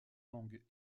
langue